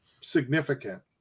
significant